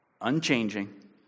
Unchanging